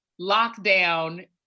lockdown